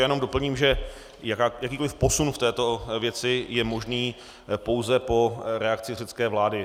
Já jenom doplním, že jakýkoliv posun v této věci je možný pouze po reakci řecké vlády.